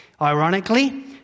Ironically